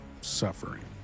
suffering